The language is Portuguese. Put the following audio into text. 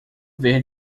ver